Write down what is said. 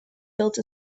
built